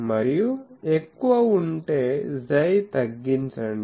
మరియు ఎక్కువ ఉంటే 𝝌 తగ్గించండి